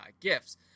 gifts